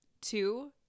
Two